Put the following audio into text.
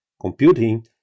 computing